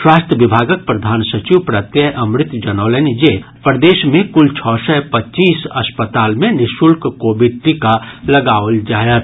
स्वास्थ्य विभागक प्रधान सचिव प्रत्यय अमृत जनौलनि जे प्रदेश मे कुल छओ सय पच्चीस अस्पताल मे निःशुल्क कोविड टीका लगाओल जायत